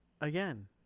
Again